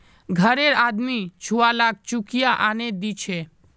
घररे आदमी छुवालाक चुकिया आनेय दीछे